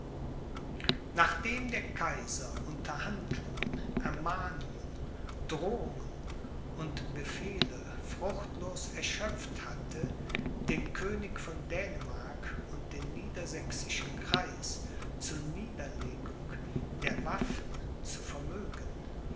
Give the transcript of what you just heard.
nachdem der kaiser unterhandlungen ermahnungen drohungen und befehle fruchtlos erschöpft hatte den könig von dänemark und den niedersächsischen kreis zu niederlegung der waffen zu vermögen